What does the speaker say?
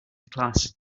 class